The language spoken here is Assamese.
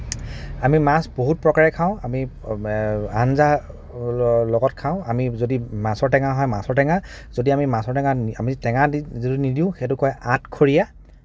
আমি মাছ বহুত প্ৰকাৰে খাওঁ আমি আঞ্জা লগত খাওঁ আমি যদি মাছৰ টেঙা হয় মাছৰ টেঙা যদি আমি মাছৰ টেঙা টেঙা আমি টেঙা যদি নিদিওঁ সেইটোক কয় আঠখৰীয়া